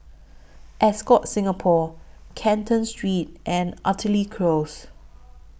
Ascott Singapore Canton Street and Artillery Close